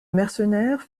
mercenaire